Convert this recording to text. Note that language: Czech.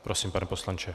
Prosím, pane poslanče.